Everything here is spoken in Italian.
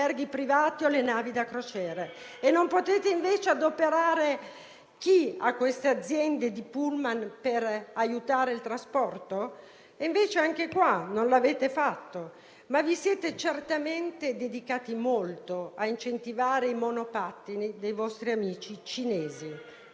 privati o le navi da crociera e invece non potete adoperare chi ha queste aziende di *pullman* per aiutare il trasporto? Invece anche questo non lo avete fatto, ma vi siete certamente dedicati molto a incentivare i monopattini dei vostri amici cinesi.